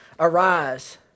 arise